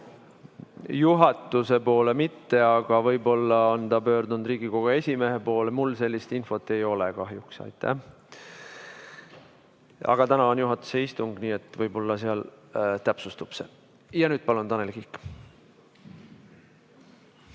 Juhatuse poole mitte, aga võib-olla ta on pöördunud Riigikogu esimehe poole. Mul sellist infot kahjuks ei ole. Aga täna on juhatuse istung, nii et võib-olla seal see täpsustub. Ja nüüd palun, Tanel Kiik!